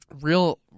real